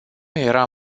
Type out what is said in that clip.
era